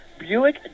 Buick